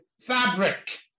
fabric